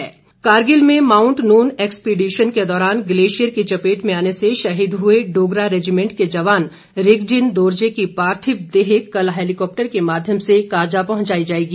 शहीद कारगिल में mount Nun expedition के दौरान ग्लेशियर की चपेट में आने से शहीद हुए डोगरा रेजिमेंट के जवान रिगजिन दोरजे की पार्थिव देह कल हैलीकॉप्टर के माध्यम से काजा पहचाई जाएगी